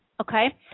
okay